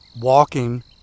walking